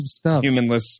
humanless